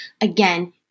again